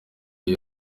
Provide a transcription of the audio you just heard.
iyi